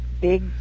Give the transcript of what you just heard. big